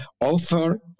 offer